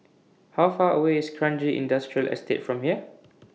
How Far away IS Kranji Industrial Estate from here